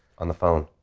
on the phone?